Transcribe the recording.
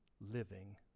living